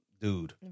Dude